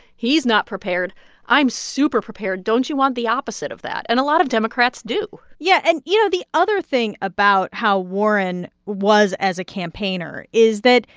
he's not prepared i'm super prepared. don't you want the opposite of that? and a lot of democrats do yeah. and, you know, the other thing about how warren was, as a campaigner, is that,